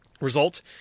result